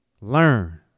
learn